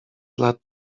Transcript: lat